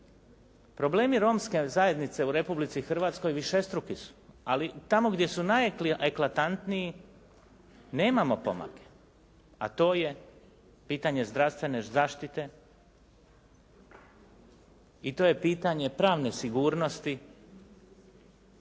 problemi romske zajednice u Republici Hrvatskoj višestruki su, ali tamo gdje su najeklatantniji nemamo pomake, a to je pitanje zdravstvene zaštite i to je pitanje pravne sigurnosti,